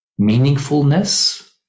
meaningfulness